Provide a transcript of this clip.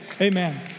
Amen